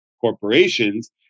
corporations